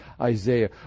Isaiah